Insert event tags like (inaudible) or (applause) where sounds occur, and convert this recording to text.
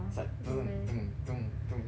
it's like (noise)